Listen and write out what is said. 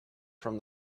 from